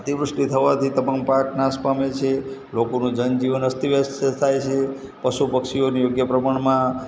અતિવૃષ્ટિ થવાથી તમામ પાક નાશ પામે છે લોકોનું જનજીવન અસ્તવ્યસ્ત થાય છે પશુ પક્ષીઓને યોગ્ય પ્રમાણમાં